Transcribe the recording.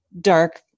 dark